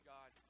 God